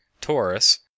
Taurus